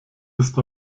ist